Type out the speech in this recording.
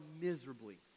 miserably